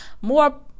more